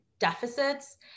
deficits